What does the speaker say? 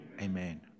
amen